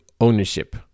ownership